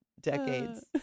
decades